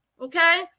okay